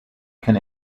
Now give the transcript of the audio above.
can